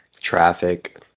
traffic